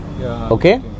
Okay